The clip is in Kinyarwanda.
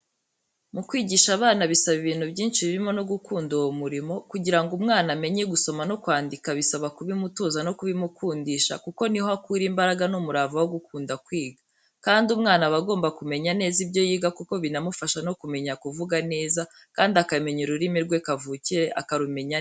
Mu kwigisha abana bisaba ibintu byinshi birimo no gukunda uwo murimo, kugira ngo umwana amenye gusoma no kwandika bisaba kubimutoza no kubimukundisha kuko ni ho akura imbaraga n'umurava wo gukunda kwiga, kandi umwana aba agomba kumenya neza ibyo yiga kuko binamufasha no kumenya kuvuga neza kandi akamenya ururimi rwe kavukire, akarumenya neza.